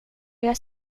jag